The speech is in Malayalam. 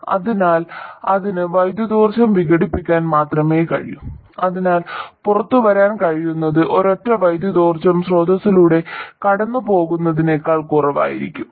അതിനാൽ അതിന് വൈദ്യുതിയോർജ്ജം വിഘടിപ്പിക്കാൻ മാത്രമേ കഴിയൂ അതിനാൽ പുറത്തുവരാൻ കഴിയുന്നത് ഒരൊറ്റ വൈദ്യുതിയോർജ്ജം സ്രോതസ്സിലൂടെ കടന്നുപോകുന്നതിനേക്കാൾ കുറവായിരിക്കും